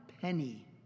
penny